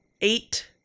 eight